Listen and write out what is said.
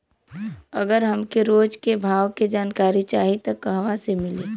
अगर हमके रोज के भाव के जानकारी चाही त कहवा से मिली?